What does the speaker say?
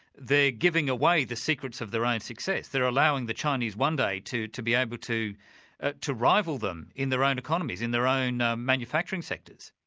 giving away the secrets of their own success they're allowing the chinese one day to to be able to ah to rival them in their own economies, in their own ah manufacturing sectors.